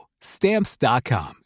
Stamps.com